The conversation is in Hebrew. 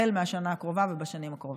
החל מהשנה הקרובה ובשנים הקרובות.